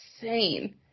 insane